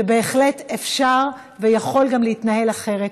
שבהחלט אפשר ויכול גם להתנהל אחרת.